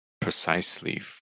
precisely